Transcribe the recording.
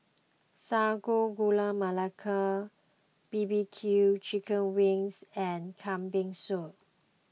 Sago Gula Melaka B B Q Chicken Wings and Kambing Soup